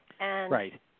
Right